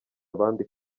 abandi